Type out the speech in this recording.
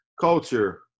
culture